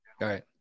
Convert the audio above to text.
right